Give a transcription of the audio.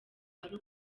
ari